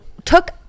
took